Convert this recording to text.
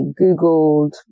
googled